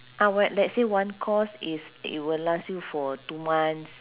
ah what let's say one course is it will last you for two months